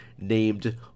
named